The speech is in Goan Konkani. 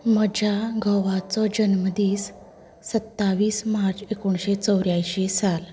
म्हज्या घोवाचो जन्मदिस सत्तावीस मार्च एकुणीशें चौऱ्यांशी साल